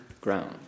ground